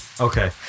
Okay